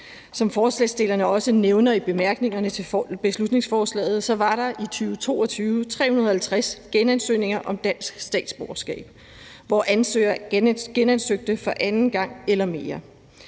Som forslagsstillerne også nævner i bemærkningerne til beslutningsforslaget, var der i 2022 350 genansøgninger om dansk statsborgerskab, hvor ansøgeren genansøgte for anden gang eller mere.